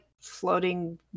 floating